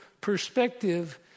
perspective